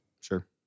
Sure